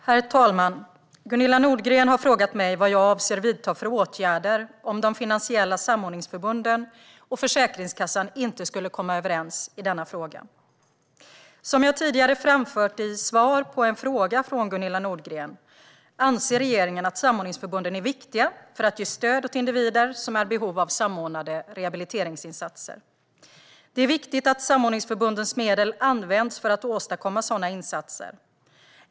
Herr talman! Gunilla Nordgren har frågat mig vad jag avser att vidta för åtgärder om de finansiella samordningsförbunden och Försäkringskassan inte skulle komma överens i denna fråga. Som jag tidigare framfört i svar på en fråga från Gunilla Nordgren anser regeringen att samordningsförbunden är viktiga för att ge stöd åt individer som är i behov av samordnade rehabiliteringsinsatser. Det är viktigt att samordningsförbundens medel används för att åstadkomma sådana insatser.